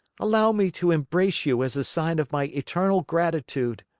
allow me to embrace you as a sign of my eternal gratitude.